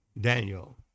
Daniel